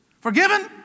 Forgiven